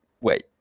Wait